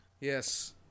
Yes